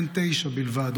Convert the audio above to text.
בן תשע בלבד.